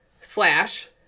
slash